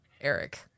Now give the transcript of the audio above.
Eric